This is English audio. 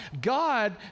God